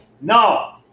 No